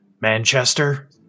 Manchester